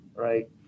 right